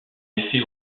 effet